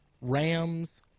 Rams